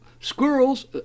squirrels